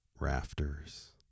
rafters